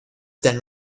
then